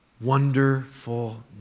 Wonderful